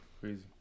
crazy